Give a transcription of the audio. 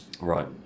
Right